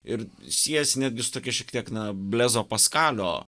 ir siejasi netgi su tokia šiek tiek na blezo paskalio